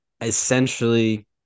essentially